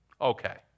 Okay